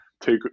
Take